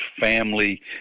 family